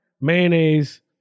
mayonnaise